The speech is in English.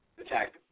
attack